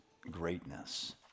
greatness